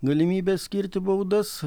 galimybę skirti baudas